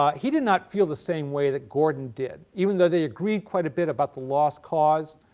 um he did not feel the same way that gordon did. even though they agreed quite a bit about the lost cause,